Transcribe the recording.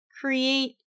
create